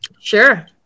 sure